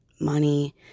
money